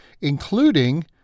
...including